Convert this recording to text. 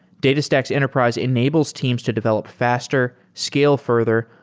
datastax enterprise enables teams to develop faster, scale further,